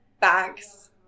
bags